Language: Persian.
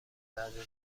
عزیز